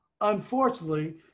unfortunately